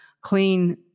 clean